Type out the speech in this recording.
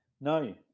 No